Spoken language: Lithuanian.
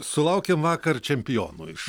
sulaukėm vakar čempionų iš